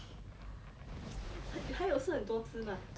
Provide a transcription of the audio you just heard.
这个最后一只了